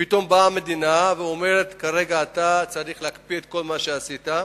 ופתאום באה המדינה ואומרת: אתה צריך להקפיא את כל מה שעשית,